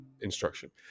instruction